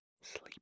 sleep